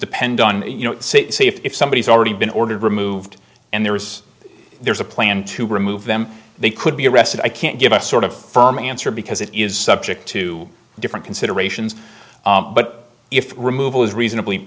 depend on you know say if somebody has already been ordered removed and there is there's a plan to remove them they could be arrested i can't give a sort of firm answer because it is subject to different considerations but if removal is reasonably